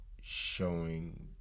showing